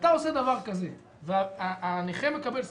כשאתה עושה דבר כזה, והנכה מקבל תג,